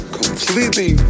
completely